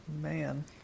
Man